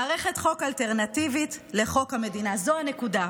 מערכת חוק אלטרנטיבית לחוק המדינה, זו הנקודה.